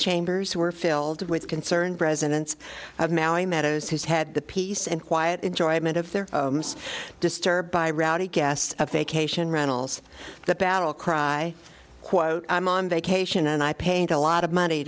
chambers were filled with concerned residents of maui meadows whose had the peace and quiet enjoyment of their disturbed by rowdy guests a vacation rentals that battle cry quote i'm on vacation and i paid a lot of money